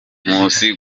nkusi